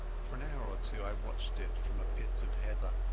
for an hour or two i watched it from a pit of heather.